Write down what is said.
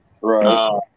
Right